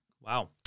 Wow